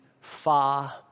far